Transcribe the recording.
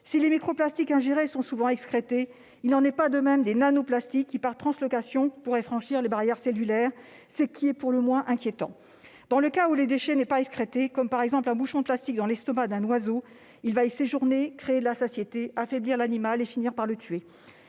Si les microplastiques ingérés sont souvent excrétés, il n'en est pas de même pour les nanoplastiques, qui pourraient franchir par translocation les barrières cellulaires, ce qui est pour le moins inquiétant. Dans le cas où le déchet n'est pas excrété, par exemple un bouchon de plastique dans l'estomac d'un oiseau, il va y séjourner, créer de la satiété, affaiblir l'animal et finir par le tuer.